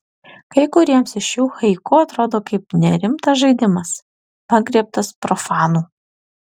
kai kuriems iš jų haiku atrodo kaip nerimtas žaidimas pagriebtas profanų